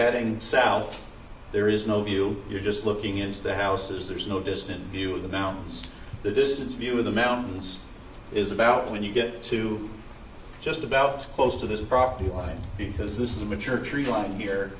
heading south there is no view you're just looking into the houses there's no distant view of the mountains the distance view of the mountains is about when you get to just about close to this property line because this is a mature tree line here